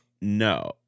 no